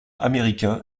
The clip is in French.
américain